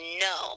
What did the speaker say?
no